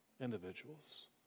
individuals